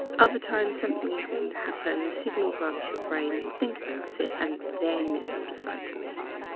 other times, something is going to happen. the signal grabs your brain you'll think about it and then you'll decide to move.